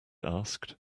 asked